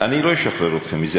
אני לא אשחרר אתכם מזה.